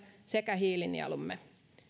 sekä hiilinielumme